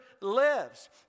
lives